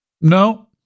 No